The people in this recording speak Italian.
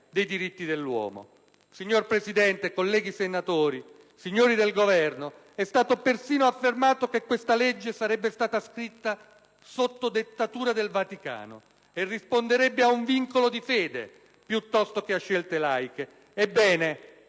dei diritti dell'uomo. Signor Presidente, colleghi senatori, signori del Governo, è stato persino affermato che questa legge sarebbe stata scritta sotto dettatura del Vaticano e risponderebbe ad un vincolo di fede piuttosto che a scelte laiche. Ebbene,